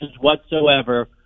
whatsoever